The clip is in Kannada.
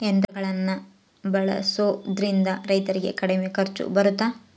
ಯಂತ್ರಗಳನ್ನ ಬಳಸೊದ್ರಿಂದ ರೈತರಿಗೆ ಕಡಿಮೆ ಖರ್ಚು ಬರುತ್ತಾ?